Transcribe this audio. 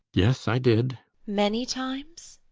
yes, i did many times?